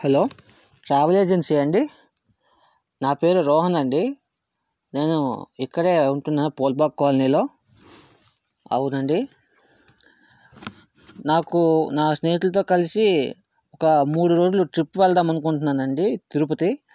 hello travel ఏజెన్సీయా అండి నా పేరు రోహన్ అండి నేను ఇక్కడే ఉంటున్నా పూల్బాగ్ కాలనీలో అవునండి నాకు నా స్నేహితులతో కలిసి ఒక మూడు రోజులు ట్రిప్పు వెళ్దాం అనుకుంటున్నాను అండి తిరుపతి